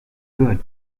good